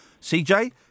CJ